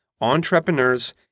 entrepreneurs